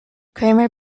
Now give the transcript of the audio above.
kramer